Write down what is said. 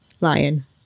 Lion